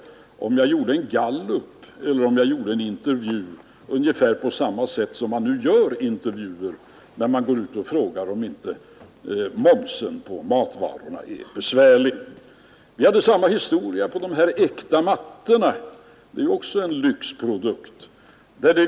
Om jag gjorde en gallup ungefär på samma sätt som man nu gör intervjuer och frågade om inte momsen på matvaror är besvärlig, skulle svaret bli detsamma. På liknande sätt är det med de äkta mattorna, som också är en lyxprodukt.